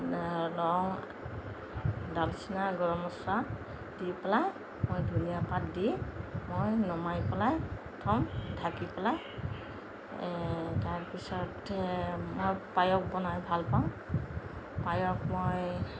লং দালচেনি গৰম মচলা দি পেলাই মই ধুনীয়া পাত দি মই নমাই পেলাই থওঁ ঢাকি পেলাই তাৰ পিছত মই পায়স বনাই ভালপাওঁ পায়স মই